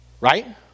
Right